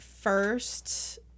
first